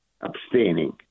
abstaining